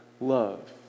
love